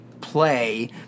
play